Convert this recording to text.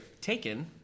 taken